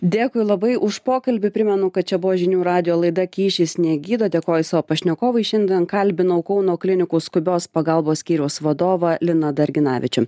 dėkui labai už pokalbį primenu kad čia buvo žinių radijo laida kyšis negydo dėkoju savo pašnekovui šiandien kalbinau kauno klinikų skubios pagalbos skyriaus vadovą liną darginavičių